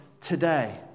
today